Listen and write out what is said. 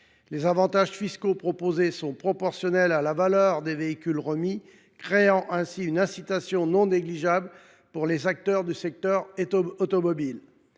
Les avantages fiscaux proposés, proportionnels à la valeur des véhicules remis, créeraient une incitation non négligeable pour les acteurs du secteur automobile.